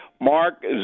Mark